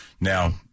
Now